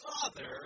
Father